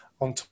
on